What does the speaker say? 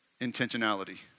intentionality